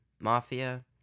Mafia